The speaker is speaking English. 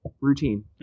routine